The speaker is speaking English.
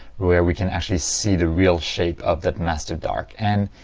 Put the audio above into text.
where we can actually see the real shape of that master dark and